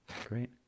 Great